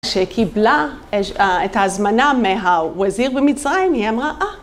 שקיבלה את ההזמנה מהווזיר במצרים, היא אמרה, אה.